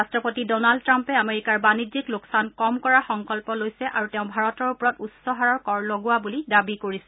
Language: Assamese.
ৰাট্টপতি ডনাল্ড ট্ৰাম্পে আমেৰিকাৰ বাণিজ্যিক লোকচান কম কৰাৰ সংকল্প লৈছে আৰু তেওঁ ভাৰতৰ ওপৰত উচ্চ হাৰৰ কৰ লগোৱা বুলি দাবী কৰিছে